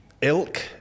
ilk